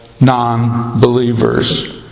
non-believers